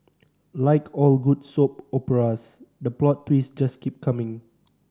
like all good soap operas the plot twists just keep coming